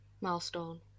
milestone